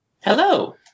Hello